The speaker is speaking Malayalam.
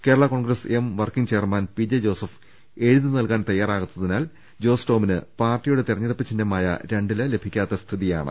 Kerala Congress M working chairman P J Joseph എഴുതി നൽകാൻ തയ്യാ റാകാത്തതിനാൽ ജോസ് ടോമിന് പാർട്ടിയുടെ തെരഞ്ഞെടുപ്പ് ചിഹ്ന മായ രണ്ടില ലഭിക്കാത്ത സ്ഥിതിയാണ്